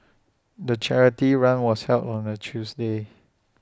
the charity run was held on A Tuesday